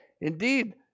indeed